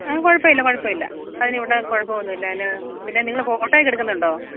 ആ കുഴപ്പമില്ല കുഴപ്പമില്ല അതിനിവിടെ കുഴപ്പമൊന്നും ഇല്ല അതിന് പിന്നെ നിങ്ങൾ ഫോട്ടോ ഒക്കെ എടുക്കുന്നുണ്ടോ